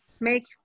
make